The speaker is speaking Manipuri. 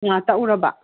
ꯑꯥ ꯇꯛꯎꯔꯕ